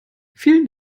vielen